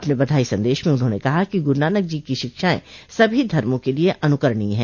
अपने बधाई संदेश में उन्होंने कहा कि गुरू नानक की शिक्षायें सभी धर्मो के लिए अनुकरणीय है